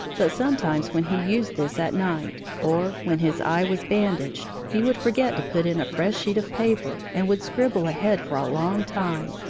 but sometimes when he used this at night, or when his eye was bandaged, he would forget to put in a fresh sheet of paper and would scribble ahead for a long time,